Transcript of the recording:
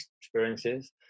experiences